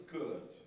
good